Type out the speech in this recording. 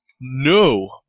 no